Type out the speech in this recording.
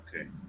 Okay